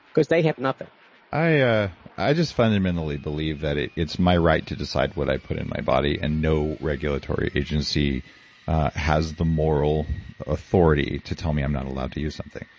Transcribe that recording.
because they have nothing i ah i just fundamentally believe that it's my right to decide what i put in my body and no regulatory agency has the moral authority to tell me i'm not allowed to use something.